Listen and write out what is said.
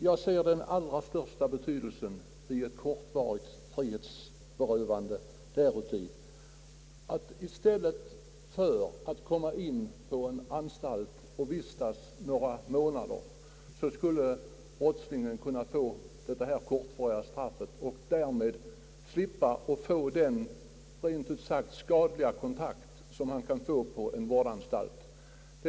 Jag ser den största betydelsen hos ett kortvarigt frihetsberövande ligga däri, att den som omhändertas för ett kortvarigt straff slipper de rent ut sagt skadliga kontakter han kan få på en vårdanstalt om han vistas där några månader.